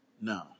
No